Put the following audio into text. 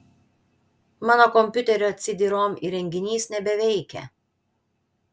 mano kompiuterio cd rom įrenginys nebeveikia